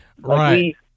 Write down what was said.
Right